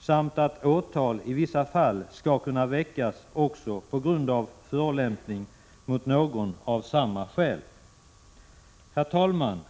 samt att åtal i vissa fall skall kunna väckas också på grund av förolämpning mot någon av samma skäl. Herr talman!